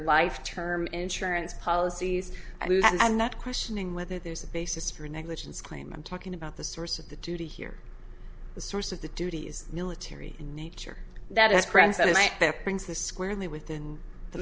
life term insurance policies and i'm not questioning whether there's a basis for negligence claim i'm talking about the source of the duty here the source of the duties military in nature that is present that brings this squarely within the